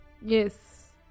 yes